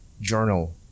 journal